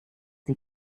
sie